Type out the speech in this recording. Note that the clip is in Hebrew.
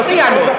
הזמן.